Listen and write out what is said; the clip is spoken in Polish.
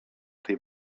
tej